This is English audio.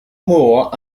moore